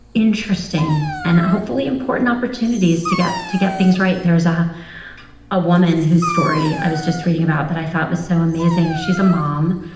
interesting and hopefully important opportunities to get to get things right. there's ah a woman whose story i was just reading about that i thought was so amazing. she's a mom.